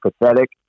pathetic